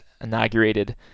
inaugurated